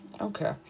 Okay